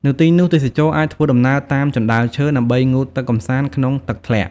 នៅទីនោះទេសចរអាចធ្វើដំណើរតាមជណ្តើរឈើ ដើម្បីងូតទឹកកម្សាន្តក្នុងទឹកធ្លាក់។